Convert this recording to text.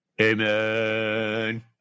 Amen